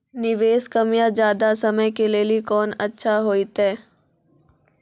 निवेश कम या ज्यादा समय के लेली कोंन अच्छा होइतै?